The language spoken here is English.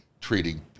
treating